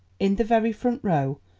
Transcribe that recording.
in the very front row,